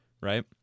right